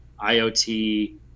IoT